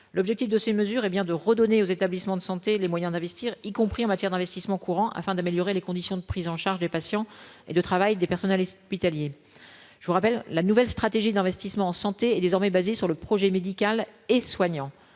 l'objectif de ces mesures, hé bien de redonner aux établissements de santé, les moyens d'investir, y compris en matière d'investissements courants afin d'améliorer les conditions de prise en charge des patients et de travail des personnels Espitallier je vous rappelle la nouvelle stratégie d'investissement santé est désormais basé sur le projet médical et soignant